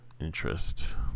interest